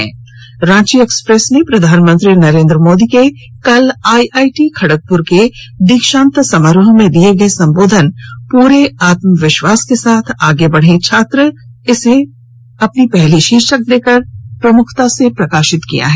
वहीं रांची एक्सप्रेस ने प्रधानमंत्री नरेंद्र मोदी के कल आईआईटी खड़गपुर के दीक्षांत समारोह में दिये गए संबोधन पूरे आत्मविश्वास के साथ आगें बढ़ें छात्र शीर्षक से प्रकाशित किया है